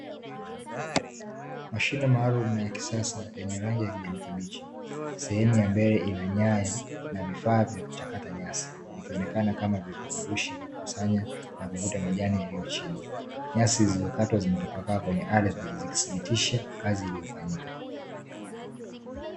Mashine maalumu na ya kisasa yenye rangi ya kijani kibichi, sehemu ya mbele ina nyaya na vifaa vya kuchakata nyasi, ikionekana kama vipeperushi ikikusanya na kuivuta majani yaliyo chini, nyasi zilizokatwa zimetapakaa kwenye ardhi, zikisibitisha kazi iliyofanyika.